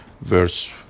verse